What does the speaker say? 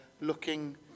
looking